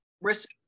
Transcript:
risk